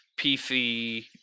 PC